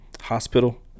hospital